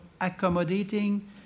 accommodating